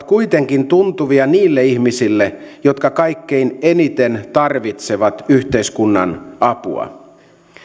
kuitenkin tuntuvia niille ihmisille jotka kaikkein eniten tarvitsevat yhteiskunnan apua